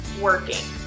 working